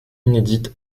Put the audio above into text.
inédite